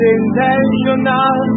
intentional